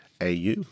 AU